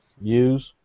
use